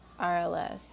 RLS